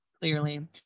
clearly